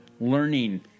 learning